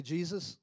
Jesus